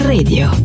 Radio